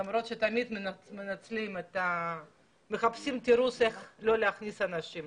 למרות שתמיד מחפשים תירוץ איך לא להכניס אנשים.